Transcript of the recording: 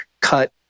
cut